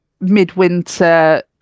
midwinter